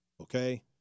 Okay